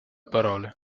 parole